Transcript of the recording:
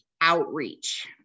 outreach